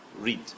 read